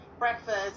breakfast